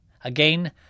again